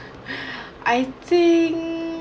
I think